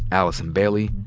allison bailey,